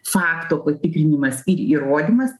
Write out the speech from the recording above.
fakto patikrinimas ir įrodymas